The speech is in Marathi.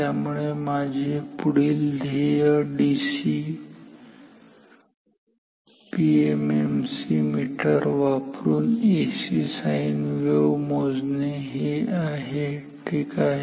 त्यामुळे माझे पुढील ध्येय डीसी पीएमएमसी मीटर वापरून एसी साईन वेव्ह मोजणे हे आहे ठीक आहे